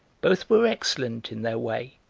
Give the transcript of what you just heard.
both were excellent in their way,